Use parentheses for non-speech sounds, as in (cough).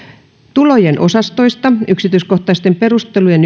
tulojen osastoista yksityiskohtaisten perustelujen (unintelligible)